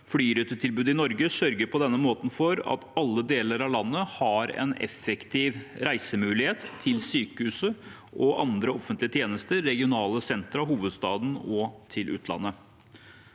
flyrutetilbudet i Norge sørger på denne måten for at alle deler av landet har effektive reisemuligheter til sykehus og andre offentlige tjenester, regionale sentra, hovedstaden og utlandet.